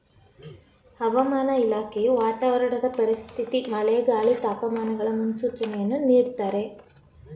ಹವಾಮಾನ ಇಲಾಖೆಯು ವಾತಾವರಣದ ಪರಿಸ್ಥಿತಿ ಮಳೆ, ಗಾಳಿ, ತಾಪಮಾನಗಳ ಮುನ್ಸೂಚನೆಯನ್ನು ನೀಡ್ದತರೆ